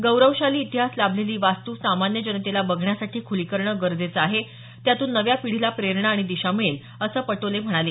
गौरवशाली इतिहास लाभलेली ही वास्तू सामान्य जनतेला बघण्यासाठी खुली करणं गरजेचं आहे त्यातून नव्या पिढीला प्रेरणा आणि दिशा मिळेल असं पटोले म्हणाले